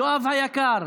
יואב היקר,